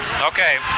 Okay